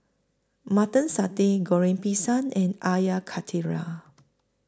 Mutton Satay Goreng Pisang and Air Karthira